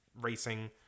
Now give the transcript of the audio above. racing